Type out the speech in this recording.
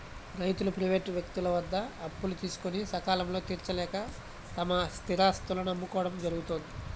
రైతులు ప్రైవేటు వ్యక్తుల వద్ద అప్పులు తీసుకొని సకాలంలో తీర్చలేక తమ స్థిరాస్తులను అమ్ముకోవడం జరుగుతోంది